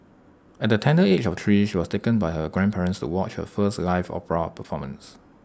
at the tender age of three she was taken by her grandparents to watch her first live opera performance